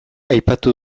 aipatu